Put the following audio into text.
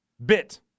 bit